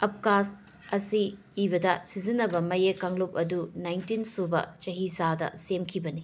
ꯑꯐꯀꯥꯖ ꯑꯁꯤ ꯏꯕꯗ ꯁꯤꯖꯤꯟꯅꯕ ꯃꯌꯦꯛ ꯀꯥꯡꯂꯨꯞ ꯑꯗꯨ ꯅꯥꯏꯟꯇꯤꯟ ꯁꯨꯕ ꯆꯍꯤ ꯆꯥꯗ ꯁꯦꯝꯈꯤꯕꯅꯤ